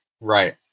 right